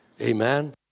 Amen